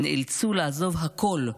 שנאלצו לעזוב הכול,